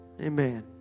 Amen